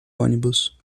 ônibus